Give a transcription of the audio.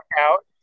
out